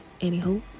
anywho